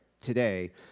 today